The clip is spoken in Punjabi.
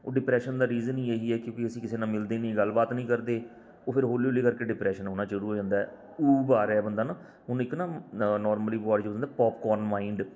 ਉਹ ਡਿਪਰੈਸ਼ਨ ਦਾ ਰੀਜ਼ਨ ਹੀ ਇਹ ਹੀ ਹੈ ਕਿ ਵੀ ਅਸੀਂ ਕਿਸੇ ਨਾਲ ਮਿਲਦੇ ਨਹੀਂ ਗੱਲਬਾਤ ਨਹੀਂ ਕਰਦੇ ਉਹ ਫਿਰ ਹੌਲੀ ਹੌਲੀ ਕਰਕੇ ਡਿਪਰੈਸ਼ਨ ਆਉਣਾ ਸ਼ੁਰੂ ਹੋ ਜਾਂਦਾ ਊ ਵਾ ਰਿਹਾ ਬੰਦਾ ਨਾ ਉਹਨੂੰ ਇੱਕ ਨਾ ਨੋਰਮਲੀ ਵਰਡ ਯੂਜ਼ ਹੁੰਦਾ ਪੋਪਕੋਨ ਮਾਇੰਡ